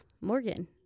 Morgan